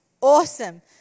Awesome